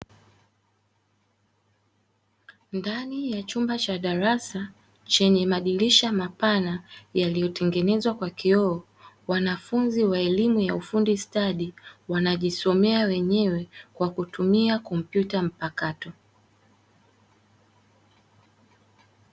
Ndani ya chumba cha darasa chenye madirisha mapana yaliyotengenezwa kwa kioo, wanafunzi wa elimu ya ufundi stadi wanaojisomea wenyewe kwa kutumia kompyuta mpakato.